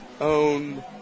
own